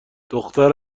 دختر